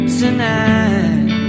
tonight